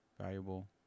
valuable